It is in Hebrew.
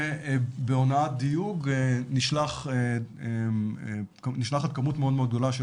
בהונאת דיוג נשלחת כמות מאוד מאוד גדולה של